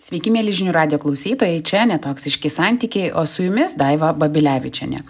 sveiki mieli žinių radijo klausytojai čia netoksiški santykiai o su jumis daiva babilevičienė